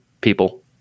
people